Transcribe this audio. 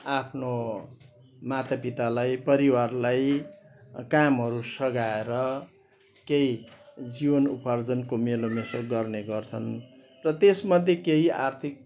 आफ्नो माता पितालाई परिवारलाई कामहरू सघाएर केही जीवन उपार्जनको मेलोमेसो गर्ने गर्छन् र त्यसमध्ये केही आर्थिक